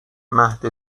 مهد